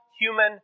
human